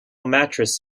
mattress